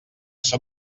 som